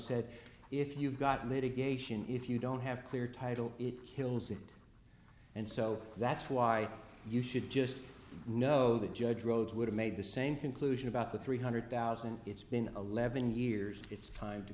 said if you've got litigation if you don't have clear title it kills it and so that's why you should just know that judge rhodes would've made the same conclusion about the three hundred thousand it's been eleven years it's time to